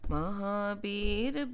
Mahabir